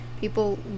People